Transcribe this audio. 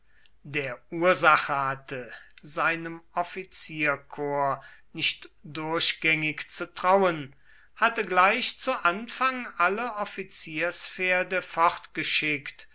der ursache hatte seinem offizierkorps nicht durchgängig zu trauen hatte gleich zu anfang alle